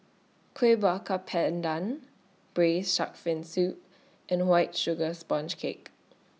Kueh Bakar Pandan Braised Shark Fin Soup and White Sugar Sponge Cake